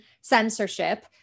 censorship